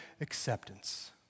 acceptance